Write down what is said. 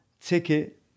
ticket